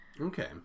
Okay